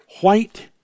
White